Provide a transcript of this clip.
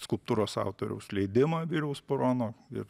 skulptūros autoriaus leidimą viriaus purono ir